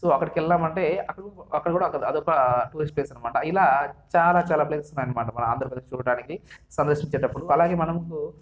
so అక్కడికి వెళ్ళామంటే అక్కడ కూడ ఒక అదొక టూరిస్ట్ ప్లేస్ అనమాట ఇలా చాలా చాలా ప్లేసెస్ ఉన్నాయనమాట మన ఆంధ్రప్రదేశ్ చూడటానికి సందర్శించేటప్పుడు అలాగే మనకు